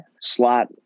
slot